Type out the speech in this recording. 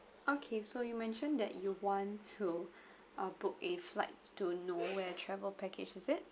okay so you mentioned that you want to uh book a flight to nowhere travel package is it